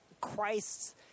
Christ's